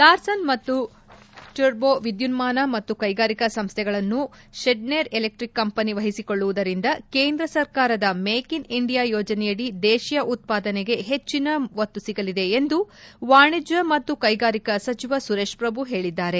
Larsen ಮತ್ತು Toubro ವಿದ್ಯುನ್ಮಾನ ಮತ್ತು ಕೈಗಾರಿಕಾ ಸಂಸ್ಥೆಯನ್ನು ಷ್ನೇಡರ್ ಎಲೆಕ್ಟಿಕ್ ಕಂಪನಿ ವಹಿಸಿಕೊಳ್ಳುವುದರಿಂದ ಕೇಂದ್ರ ಸರ್ಕಾರದ ಮೇಕ್ ಇನ್ ಇಂಡಿಯಾ ಯೋಜನೆಯಡಿ ದೇಶೀಯ ಉತ್ಪಾದನೆಗೆ ಹೆಚ್ಚಿನ ಒತ್ತು ಸಿಗಲಿದೆ ಎಂದು ವಾಣಿಜ್ಯ ಮತ್ತು ಕೈಗಾರಿಕಾ ಸಚಿವ ಸುರೇಶ್ ಪ್ರಭು ಹೇಳಿದ್ದಾರೆ